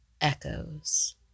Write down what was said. echoes